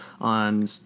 on